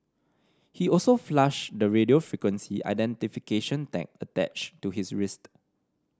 he also flushed the radio frequency identification tag attached to his wrist